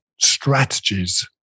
Strategies